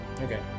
Okay